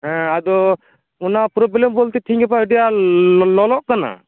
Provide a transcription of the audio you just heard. ᱦᱮᱸ ᱟᱫᱚ ᱚᱱᱟ ᱯᱨᱚᱵᱞᱮᱢ ᱵᱚᱞᱛᱮ ᱛᱮᱦᱮᱧ ᱜᱟᱯᱟ ᱟᱹᱰᱤ ᱟᱸᱴ ᱞᱚᱞᱚᱜ ᱠᱟᱱᱟ